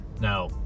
Now